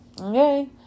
okay